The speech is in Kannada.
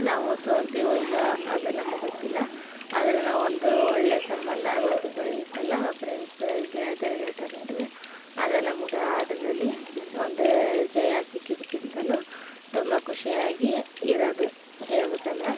ನಾವು ಸೋಲ್ತೀವೋ ಇಲ್ವೋ ಅದು ನಮ್ಗೆ ಗೊತ್ತಿಲ್ಲ ಆದರೆ ನಾವೊಂದು ಒಳ್ಳೆಯ ಸಂಬಂಧ ಅನ್ನೋದು ಬೆಳೆಯುತ್ತಲ್ಲ ಫ್ರೆಂಡ್ಸ ಗೆಳತಿಯರ ಗೆಳತಿಯರ ನಡುವೆ ಅದು ನಮ್ಗೆ ಆಟದಲ್ಲಿ ಒಂದು ಜಯ ಸಿಕ್ಕಿದ್ದಕ್ಕಿಂತನೂ ತುಂಬ ಖುಷಿಯಾಗಿ ಇರೋದು ಹೇಳ್ಬೇಕಂದ್ರೆ